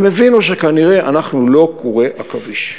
הם הבינו שכנראה אנחנו לא קורי עכביש.